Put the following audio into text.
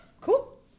cool